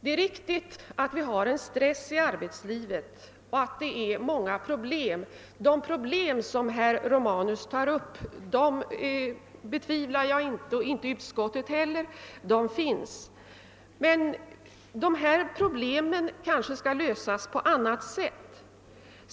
Det är riktigt att det förekommer stress i arbetslivet och att det i samband därmed finns många problem. Att de problem som herr Romanus tar upp finns betvivlar jag inte och det gör inte heller utskottet. Men dessa problem kanske bör lösas på annat sätt.